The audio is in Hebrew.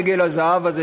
עגל הזהב הזה,